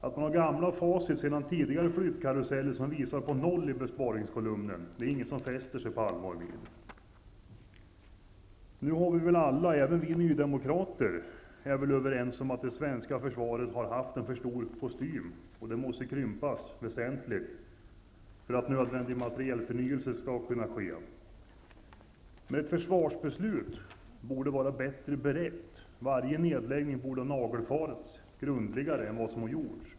Att man har gamla facit sedan tidigare flyttkaruseller, som visar på noll i besparingskolumnen, är det ingen som fäster sig vid på allvar. Nu är vi väl alla, och även vi nydemokrater, överens om att det svenska försvaret har haft en för stor kostym och att den måste krympas väsentligt för att nödvändig materielförnyelse skall kunna ske. Men ett försvarsbeslut borde vara bättre berett. Varje nedläggning borde ha nagelfarits grundligare än vad som har gjorts.